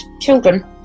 children